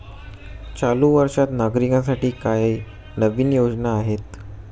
चालू वर्षात नागरिकांसाठी काय नवीन योजना आहेत?